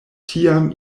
tiam